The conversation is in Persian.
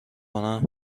کنم